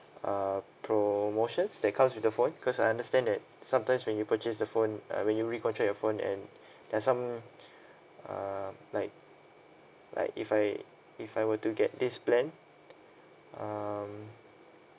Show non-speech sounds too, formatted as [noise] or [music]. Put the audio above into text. uh promotions that comes with the phone because I understand that sometimes when you purchase the phone uh when you recontract your phone and there're some [breath] err like like if I if I were to get this plan um